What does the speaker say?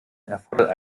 erfordert